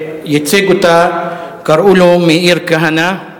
שייצג אותה, קראו לו מאיר כהנא,